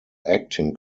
acting